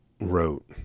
wrote